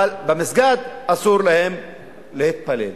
אבל במסגד אסור להם להתפלל.